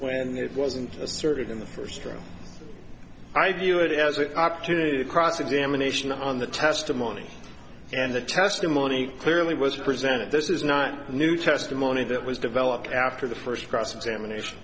when it wasn't asserted in the first row i view it as an opportunity to cross examination on the testimony and the testimony clearly was presented this is not new testimony that was developed after the first cross examination